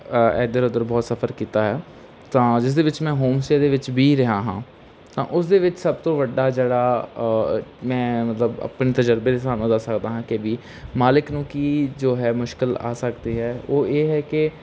ਇੱਧਰ ਉੱਧਰ ਬਹੁਤ ਸਫ਼ਰ ਕੀਤਾ ਹੈ ਤਾਂ ਜਿਸ ਦੇ ਵਿੱਚ ਮੈਂ ਹੋਮ ਸਟੇਅ ਦੇ ਵਿੱਚ ਵੀ ਰਿਹਾ ਹਾਂ ਤਾਂ ਉਸ ਦੇ ਵਿੱਚ ਸਭ ਤੋਂ ਵੱਡਾ ਜਿਹੜਾ ਮੈਂ ਮਤਲਬ ਆਪਣੇ ਤਜਰਬੇ ਦੇ ਹਿਸਾਬ ਨਾਲ ਦੱਸ ਸਕਦਾ ਹਾਂ ਕਿ ਵੀ ਮਾਲਕ ਨੂੰ ਕੀ ਜੋ ਹੈ ਮੁਸ਼ਕਲ ਆ ਸਕਦੀ ਹੈ ਉਹ ਇਹ ਹੈ ਕਿ